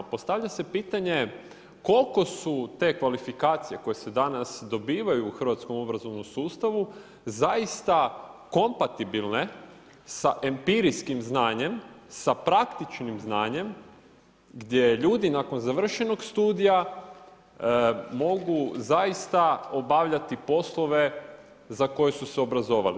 Postavlja se pitanje koliko su te kvalifikacije koje se danas dobivaju u hrvatskom obrazovnom sustavu zaista kompatibilne sa empirijskim znanjem, sa praktičnim znanjem gdje ljudi nakon završenog studija mogu zaista obavljati poslove za koje su se obrazovali.